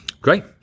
great